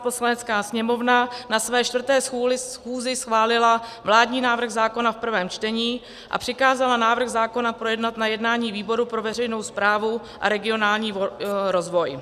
Poslanecká sněmovna na své 4. schůzi schválila vládní návrh zákona v prvém čtení a přikázala návrh zákona projednat na jednání výboru pro veřejnou správu a regionální rozvoj.